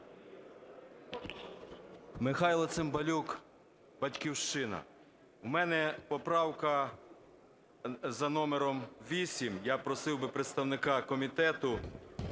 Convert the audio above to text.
Михайло Цимбалюк, "Батьківщина". У мене поправка за номером 8. Я просив би представника комітету